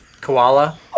koala